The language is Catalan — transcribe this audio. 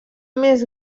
més